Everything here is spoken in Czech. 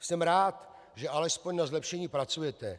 Jsem rád, že alespoň na zlepšení pracujete.